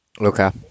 Okay